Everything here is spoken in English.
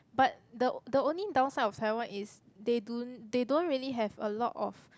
but the the only downside of Taiwan is they do they don't really have a lot of